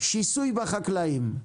שיסוי בחקלאים,